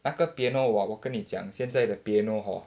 那个 piano 我我跟你讲现在的 piano hor